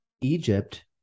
Egypt